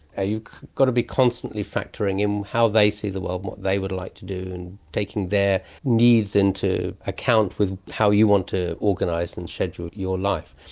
you've got to be constantly factoring in how they see the world and what they would like to do, and taking their needs into account with how you want to organise and schedule your life.